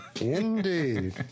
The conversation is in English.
Indeed